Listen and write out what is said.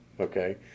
okay